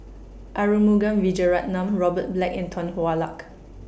Arumugam Vijiaratnam Robert Black and Tan Hwa Luck